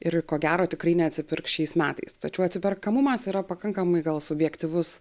ir ko gero tikrai neatsipirks šiais metais tačiau atsiperkamumas yra pakankamai gal subjektyvus